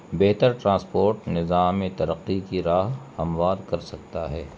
بہتر ٹرانسپورٹ نظام ترقی کی راہ ہمواد کر سکتا ہے